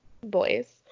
Boys